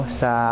sa